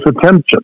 attention